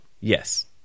yes